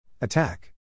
Attack